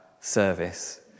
service